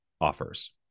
offers